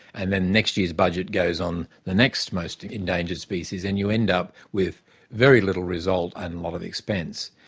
and then next year's budget goes on the next most endangered species, and you end up with very little result and a lot of expense.